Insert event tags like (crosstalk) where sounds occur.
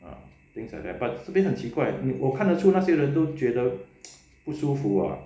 ah things like that but 这边很奇怪我看得出那些人都觉得 (noise) 不舒服啊